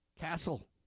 castle